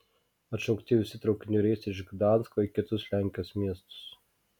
atšaukti visi traukinių reisai iš gdansko į kitus lenkijos miestus